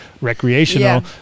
recreational